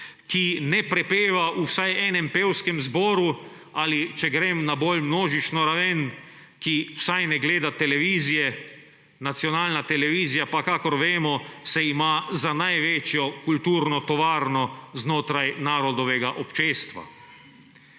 ki ne prepeva v vsaj enem pevskem zboru ali, če grem na bolj množično raven, ki vsaj ne gleda televizije. Nacionalna televizija pa, kakor vemo, se ima za največjo kulturno tovarno znotraj narodovega občestva.